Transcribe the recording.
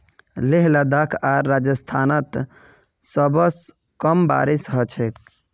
लेह लद्दाख आर राजस्थानत सबस कम बारिश ह छेक